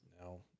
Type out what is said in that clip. No